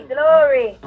Glory